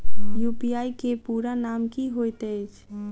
UPI केँ पूरा नाम की होइत अछि?